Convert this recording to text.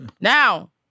Now